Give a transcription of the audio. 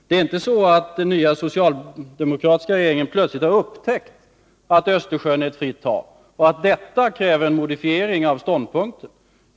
Det är inte så att den nya socialdemokratiska regeringen plötsligt har upptäckt att Östersjön är ett fritt hav och att detta kräver en modifiering av ståndpunkten.